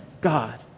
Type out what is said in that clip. God